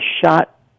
shot